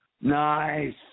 Nice